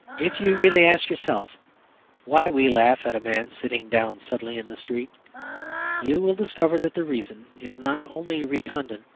if you really ask yourself why we laugh at a man sitting down suddenly in the street you will discover that the reason is not only recondite,